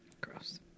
gross